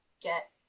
get